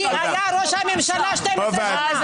מי היה ראש הממשלה 12 שנה?